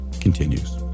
continues